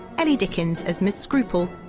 ellie dickens as miss scruple,